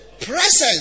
presence